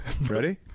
ready